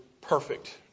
perfect